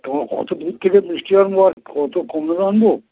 তো অত দূর থেকে মিষ্টি আনবো আর অত কম দামের আনবো